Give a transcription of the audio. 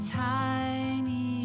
tiny